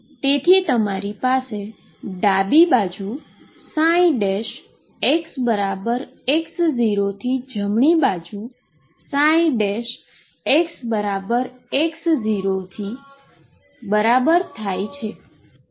તેથી તમારી પાસે ડાબી બાજુ xx0 થી જમણી બાજુ xx0 થી બરાબર થાય છે